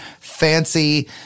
fancy